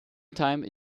time